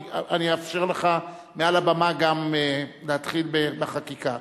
כי אני אאפשר לך מעל הבמה גם להתחיל בחקיקה.